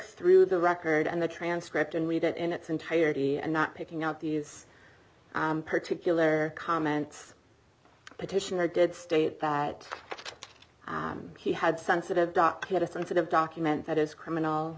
through the record and the transcript and read it in its entirety and not picking out these particular comments petitioner did state that he had sensitive docket a sensitive document that is criminal